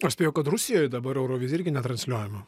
aš spėju kad rusijoj dabar eurovizija irgi netransliuojama